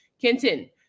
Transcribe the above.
Kenton